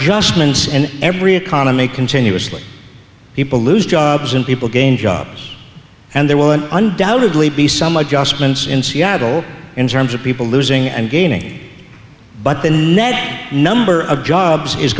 adjustments and every economy continuously people lose jobs and people gain jobs and there will undoubtedly be some adjustments in seattle in terms of people losing and gaining but the net number of jobs is